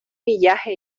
villaje